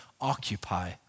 occupy